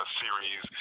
series